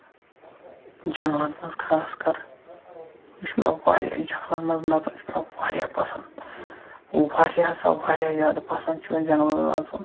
جنٛگلن منٛز خاص کر یہِ چھُ مےٚ واریاہ جَنٛگلِن منٛز نَژُن چھُ مےٚ واریاہ پَسنٛد گوٚو واریاہ ہَِسا واریاہ زیادٕ پَسنٛد چھُ مےٚ جَنٛگلَن منٛز نژُن